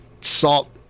salt –